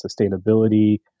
sustainability